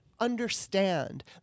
understand